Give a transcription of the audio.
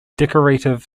decorative